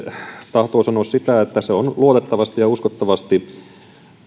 tahtoo sanoa sitä että se on luotettavasti ja uskottavasti